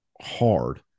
hard